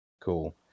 Cool